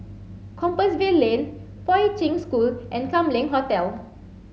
Compassvale Lane Poi Ching School and Kam Leng Hotel